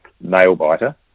nail-biter